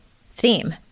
theme